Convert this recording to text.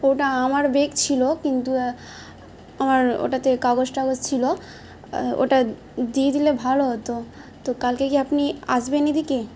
ওটা আমার বেগ ছিলো কিন্তু আমার ওটাতে কাগজ টগজ ছিলো ওটা দিয়ে দিলে ভালো হতো তো কালকে কি আপনি আসবেন এদিকে